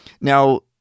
now